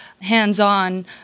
hands-on